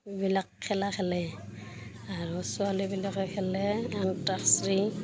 এইবিলাক খেলা খেলে আৰু ছোৱালীবিলাকে খেলে অন্ত আক্ষৰি